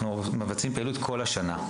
אנחנו במבצעים פעילות כל השנה.